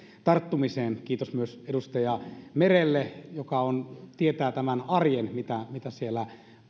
tarttumisesta kiitos myös edustaja merelle joka tietää mitä mitä siellä